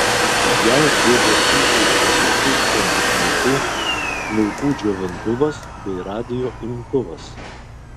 jai buvo įteiktas tūkstantis litų plaukų džiovintuvas bei radijo imtuvas